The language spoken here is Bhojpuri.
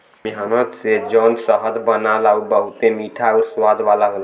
मेहनत से जौन शहद बनला उ बहुते मीठा आउर स्वाद वाला होला